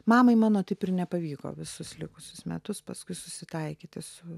mamai mano taip ir nepavyko visus likusius metus paskui susitaikyti su